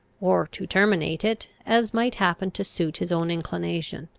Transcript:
or to terminate it, as might happen to suit his own inclination.